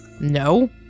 No